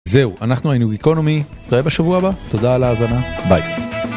זהו אנחנו היינו איקונומי, נתראה בשבוע הבא, תודה על ההאזנה, ביי.